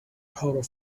powder